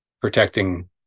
protecting